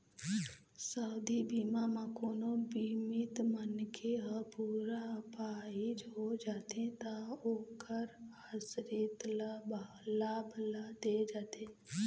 सावधि बीमा म कोनो बीमित मनखे ह पूरा अपाहिज हो जाथे त ओखर आसरित ल लाभ ल दे जाथे